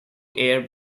air